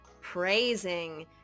praising